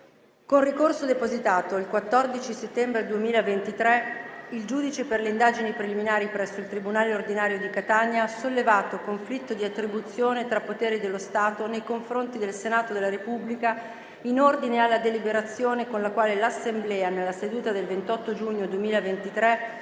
Con ricorso depositato il 14 settembre 2023, il giudice per le indagini preliminari presso il tribunale ordinario di Catania ha sollevato conflitto di attribuzione tra poteri dello Stato nei confronti del Senato della Repubblica in ordine alla deliberazione con la quale l'Assemblea, nella seduta del 28 giugno 2023,